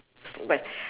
s~ but